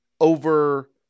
over